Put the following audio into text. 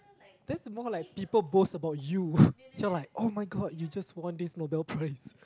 that's more like people boast about you you're like oh-my-god you just won this Nobel Prize